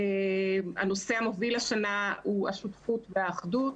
הנושא המוביל השנה הוא השותפות והאחדות,